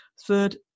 Third